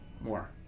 more